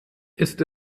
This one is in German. ist